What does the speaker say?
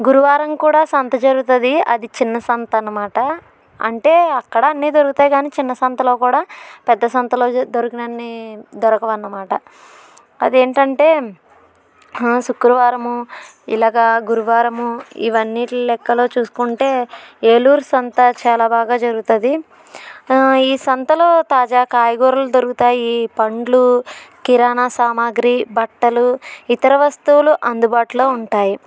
గురువారం కూడా సంత జరుగుతుంది అది చిన్న సంత అన్నమాట అంటే అక్కడ అన్ని దొరుకుతాయి కానీ చిన్న సంతలో కూడా పెద్ద సంతలో దొరికినన్ని దొరకవు అన్నమాట అది ఏంటంటే శుక్రవారము ఇలాగా గురువారము ఇవన్నీటి లెక్కలో చూసుకుంటే ఏలూరు సంతా చాలా బాగా జరుగుతుంది ఈ సంతలో తాజా కాయగూరలు దొరుకుతాయి పండ్లు కిరాణా సామాగ్రి బట్టలు ఇతర వస్తువులు అందుబాటులో ఉంటాయి